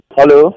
Hello